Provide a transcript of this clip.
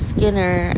Skinner